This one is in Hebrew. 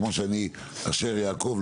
כמו שאני אשר יעקב,